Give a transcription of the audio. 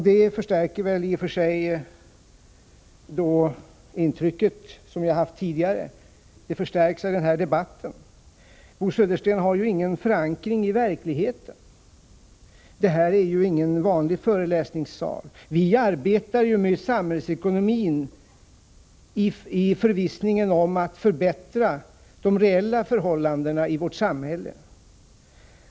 Det intrycket, som jag har haft tidigare, förstärks av den här debatten. Bo Södersten har ingen förankring i verkligheten. Det här är ingen vanlig föreläsningssal. Vi arbetar med samhällsekonomin i förvissningen om att kunna förbättra förhållandena i vårt samhälle.